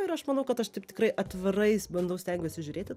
ir aš manau kad aš taip tikrai atvirais bandau stengiuosi žiūrėti